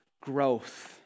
growth